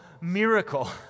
miracle